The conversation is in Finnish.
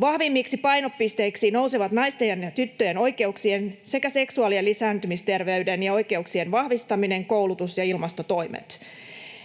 Vahvimmiksi painopisteiksi nousevat naisten ja tyttöjen oikeuksien sekä seksuaali- ja lisääntymisterveyden ja -oikeuksien vahvistaminen, koulutus ja ilmastotoimet.